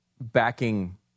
backing